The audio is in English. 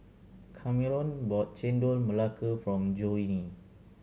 Kameron bought Chendol Melaka from Johnie